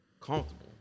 comfortable